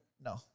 No